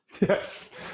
Yes